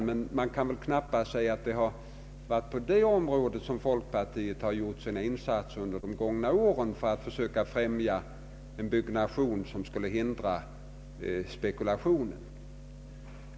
Man kan väl dock knappast säga att det varit på detta område som folkpartiet gjort sina insatser under de gångna åren för att söka främja en byggnation som skulle hindra spekulation.